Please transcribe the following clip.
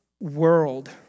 world